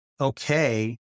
okay